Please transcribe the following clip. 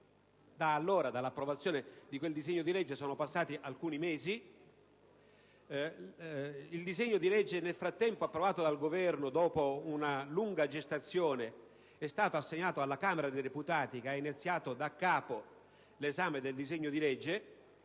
autonomie. Dall'approvazione di quel disegno di legge sono passati alcuni mesi e tale provvedimento, nel frattempo approvato dal Governo dopo una lunga gestazione, è stato assegnato alla Camera dei deputati che ne ha iniziato daccapo l'esame. Devo dire,